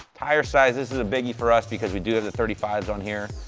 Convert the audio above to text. tire size, this is a biggie for us, because we do have the thirty five s on here,